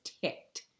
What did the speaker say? ticked